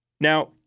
Now